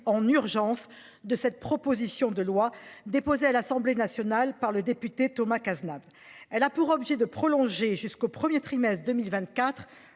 en urgence de cette proposition de loi, déposée à l'Assemblée nationale par le député Thomas Cazenave. Elle a pour objet de prolonger à hauteur de 3,5 %, jusqu'au premier trimestre 2024,